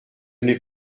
n’ai